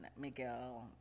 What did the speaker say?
miguel